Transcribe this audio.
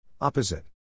Opposite